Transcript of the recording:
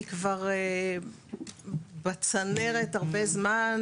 היא כבר בצנרת הרבה זמן.